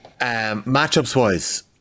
Matchups-wise